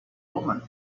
woman